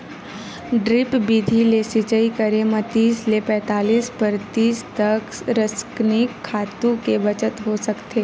drip बिधि ले सिचई करे म तीस ले पैतालीस परतिसत तक रसइनिक खातू के बचत हो सकथे